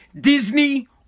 Disney